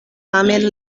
tamen